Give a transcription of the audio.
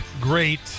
great